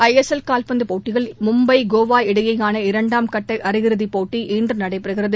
ISL கால்பந்துப் போட்டியில் மும்பை கோவா இடையேயான இரண்டாம்கட்ட அரையிறுதிப் போட்டி இன்று நடைபெறுகிறது